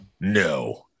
No